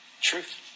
Truth